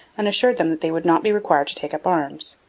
and assured them that they would not be required to take up arms.